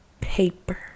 paper